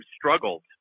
struggled